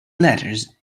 letters